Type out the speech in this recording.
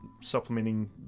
supplementing